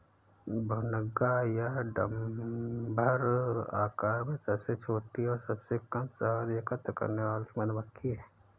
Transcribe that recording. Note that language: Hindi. भुनगा या डम्भर आकार में सबसे छोटी और सबसे कम शहद एकत्र करने वाली मधुमक्खी है